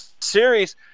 Series